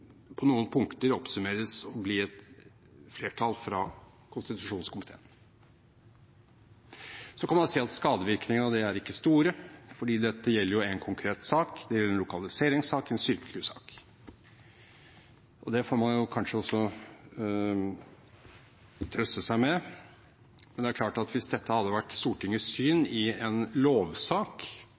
på noen punkter oppsummeres til å bli et flertall fra kontroll- og konstitusjonskomiteen. Så kan man si at skadevirkningene av det ikke er store, fordi dette jo gjelder en konkret sak, en lokaliseringssak, en sykehussak. Det får man kanskje også trøste seg med, men det er klart at hvis dette hadde vært Stortingets syn i en lovsak,